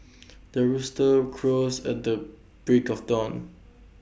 the rooster crows at the break of dawn